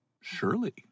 Surely